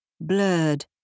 blurred